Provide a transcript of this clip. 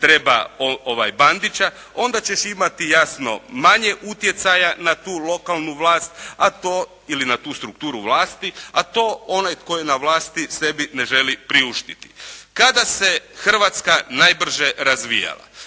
treba Bandića, onda ćeš imati jasno manje utjecaja na tu lokalnu vlast a to, ili na tu strukturu vlasti, a to onaj tko je na vlasti sebi ne želi priuštiti. Kada se Hrvatska najbrže razvijala?